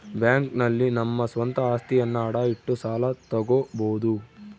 bank ನಲ್ಲಿ ನಮ್ಮ ಸ್ವಂತ ಅಸ್ತಿಯನ್ನ ಅಡ ಇಟ್ಟು ಸಾಲ ತಗೋಬೋದು